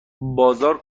بازار